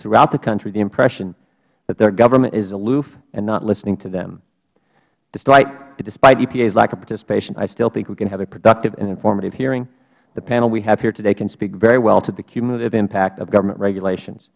throughout the country the impression that their government is aloof and not listening to them despite epa's lack of participation i still think we can have a productive and informative hearing the panel we have here today can speak very well to the cumulative impact of government regulations